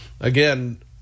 again